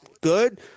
good